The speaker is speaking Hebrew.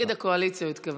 נגד הקואליציה הוא התכוון.